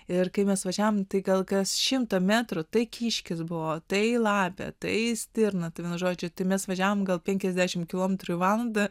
ir kai mes važiavom tai gal kas šimtą metrų tai kiškis buvo tai lape tai stirna vienu žodžiu tai mes važiavome gal penkiasdešim kilometrų į valandą